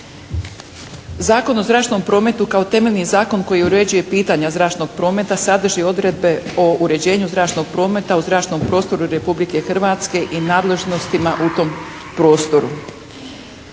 Zakon o zračnom prometu kao temeljni zakon koji uređuje pitanja zračnog prometa sadrži odredbe o uređenju zračnog prometa u zračnom prostoru Republike Hrvatske i nadležnostima u tom prostoru.